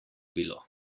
bilo